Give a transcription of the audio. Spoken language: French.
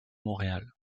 montréal